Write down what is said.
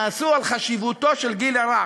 שנעשו על חשיבותו של החינוך בגיל הרך.